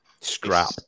scrap